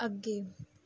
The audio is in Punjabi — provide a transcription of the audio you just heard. ਅੱਗੇ